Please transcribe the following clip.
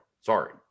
Sorry